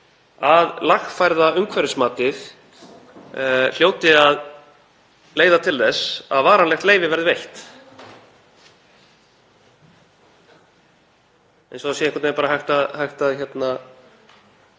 að lagfærða umhverfismatið hljóti að leiða til þess að varanlegt leyfi verði veitt, eins og það sé einhvern veginn hægt að sjá